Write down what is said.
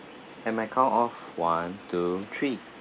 at my count of one two three